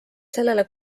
sellele